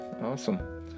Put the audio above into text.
Awesome